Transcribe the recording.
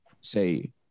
say